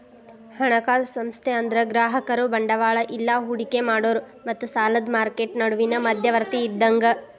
ಹಣಕಾಸು ಸಂಸ್ಥೆ ಅಂದ್ರ ಗ್ರಾಹಕರು ಬಂಡವಾಳ ಇಲ್ಲಾ ಹೂಡಿಕಿ ಮಾಡೋರ್ ಮತ್ತ ಸಾಲದ್ ಮಾರ್ಕೆಟ್ ನಡುವಿನ್ ಮಧ್ಯವರ್ತಿ ಇದ್ದಂಗ